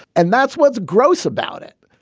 and that's what's gross about it.